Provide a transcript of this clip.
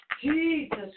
Jesus